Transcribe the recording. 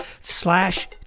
slash